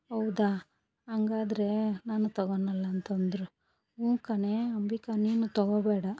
ಹೌದಾ ಹಂಗಾದ್ರೆ ನಾನು ತಗೊಳಲ್ಲ ಅಂತಂದರು ಹ್ಞೂ ಕಣೆ ಅಂಬಿಕ ನೀನು ತಗೋಬೇಡ